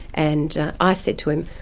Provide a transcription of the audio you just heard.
and i said to him,